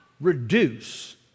reduce